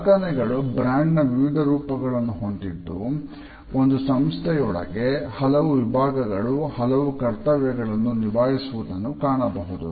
ಕಾರ್ಖಾನೆಗಳು ಬ್ರಾಂಡ್ ನ ವಿವಿಧ ರೂಪಗಳನ್ನು ಹೊಂದಿದ್ದು ಒಂದು ಸಂಸ್ಥೆಯೊಳಗೆ ಹಲವು ವಿಭಾಗಗಳು ಹಲವು ಕರ್ತವ್ಯಗಳನ್ನು ನಿಭಾಯಿಸುವುದನ್ನು ಕಾಣಬಹುದು